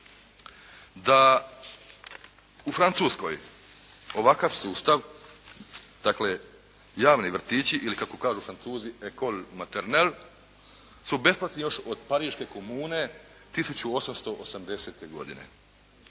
da u Francuskoj ovakav sustav, dakle, javni vrtići, ili kako kažu Francuzi … /Govornik se ne razumije./ … su besplatni još od Pariške komune 1880. godine.